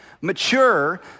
Mature